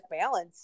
balance